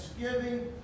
thanksgiving